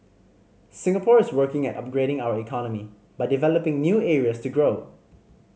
Singapore is working at upgrading our economy by developing new areas to grow